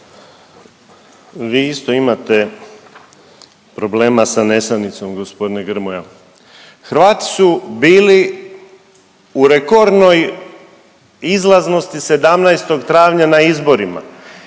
Hrvati su bili u rekordnoj izlaznosti 17. travnja na izborima